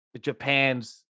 Japan's